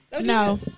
No